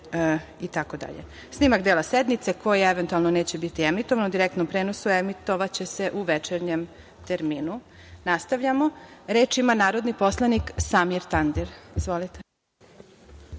Snimak dela sednice, koji će eventualno biti emitovan u direktnom prenosu emitovaće se u večernjem terminu. Nastavljamo. Reč ima narodni poslanik Samir Tandir. Izvolite.